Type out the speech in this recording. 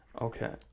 Okay